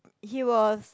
he was